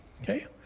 okay